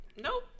Nope